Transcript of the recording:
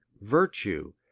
virtue